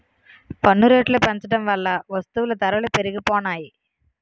పన్ను రేట్లు పెంచడం వల్ల వస్తువుల ధరలు పెరిగిపోనాయి